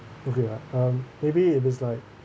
okay uh um maybe if it's like